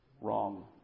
wrong